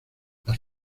las